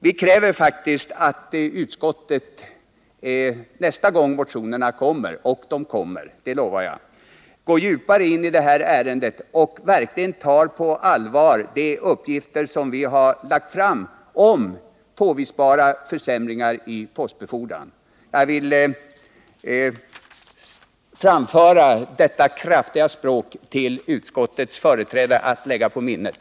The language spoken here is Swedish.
Vi kräver faktiskt att utskottet nästa gång motionerna kommer — och de kommer, det lovar jag — går djupare in i ärendet och verkligen tar på allvar de uppgifter vi lagt fram om påvisbara försämringar i postbefordran. Jag vill framföra denna kraftiga meningsyttring till utskottets företrädare att lägga på minnet.